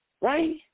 right